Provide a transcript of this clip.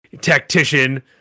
tactician